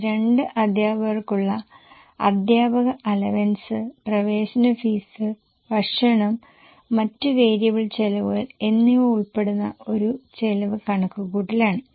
അത് രണ്ട് അദ്ധ്യാപകർക്കുള്ള അദ്ധ്യാപക അലവൻസ് പ്രവേശന ഫീസ് ഭക്ഷണം മറ്റ് വേരിയബിൾ ചെലവുകൾ എന്നിവ ഉൾപ്പെടുന്ന ഒരു ചെലവ് കണക്കുകൂട്ടലാണ്